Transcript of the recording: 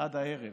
עד הערב